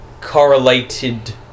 correlated